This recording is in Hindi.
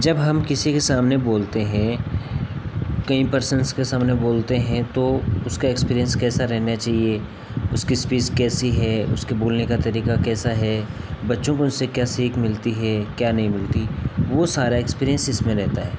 जब हम किसी के सामने बोलते हैं कई पर्संस के सामने बोलते हैं तो उसका एक्सपीरियंस कैसा रहना चाहिए उसकी इस्पीस कैसी है उसके बोलने का तरीका कैसा है बच्चों को उनसे क्या सीख मिलती है क्या नहीं मिलती वो सारा एक्सपीरिएन्स इसमें रहता है